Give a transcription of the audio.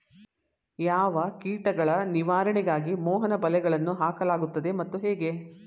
ಯಾವ ಕೀಟಗಳ ನಿವಾರಣೆಗಾಗಿ ಮೋಹನ ಬಲೆಗಳನ್ನು ಹಾಕಲಾಗುತ್ತದೆ ಮತ್ತು ಹೇಗೆ?